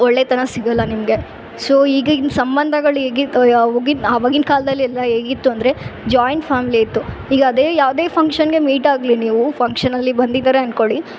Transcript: ಒಳ್ಳೆತನ ಸಿಗೋಲ್ಲ ನಿಮಗೆ ಸೊ ಈಗಿನ ಸಂಬಂಧಗಳ್ ಹೇಗಿದೆ ಅವಾಗಿನ್ ಆವಾಗಿನ ಕಾಲ್ದಲೆಲ್ಲ ಹೇಗಿತ್ತು ಅಂದರೆ ಜಾಯಿಂಟ್ ಫ್ಯಾಮಿಲಿ ಇತ್ತು ಈಗ ಅದೇ ಯಾವುದೇ ಫಂಕ್ಷನ್ಗೆ ಮೀಟ್ ಆಗಲಿ ನೀವು ಫಂಕ್ಷನಲ್ಲಿ ಬಂದಿದ್ದಾರೆ ಅನ್ಕೊಳಿ